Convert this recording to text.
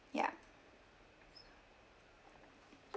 ya